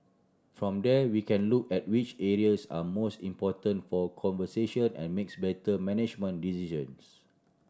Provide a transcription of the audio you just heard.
from there we can look at which areas are most important for conservation and makes better management decisions